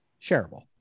shareable